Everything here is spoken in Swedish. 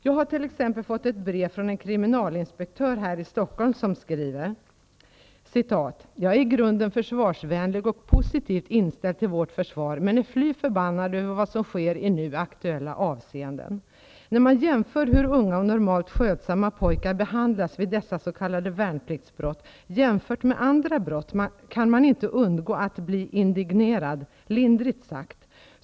Jag har t.ex. fått ett brev från en kriminalinspektör här i Stockholm. Han skriver: ''Jag är i grunden försvarsvänlig och positivt inställd till vårt försvar, men är fly förbannad över vad som sker i nu aktuella avseenden. När man jämför med hur unga och normalt skötsamma pojkar behandlas vid dessa s.k. värnpliktsbrott, jämfört med andra brott, kan man inte undgå att bli indignerad, lindrigt sagt.